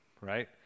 right